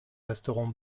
resteront